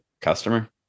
customer